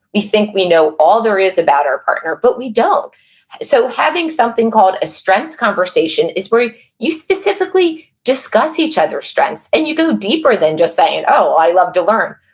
we think we know all there is about our partner, but we don't so having something called a strengths conversation is where you specifically discuss each other's strengths, and you go deeper than just saying, oh, i love to learn.